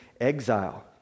exile